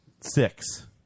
six